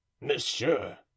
Monsieur